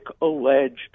alleged